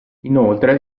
inoltre